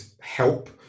help